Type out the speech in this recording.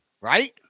right